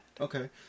Okay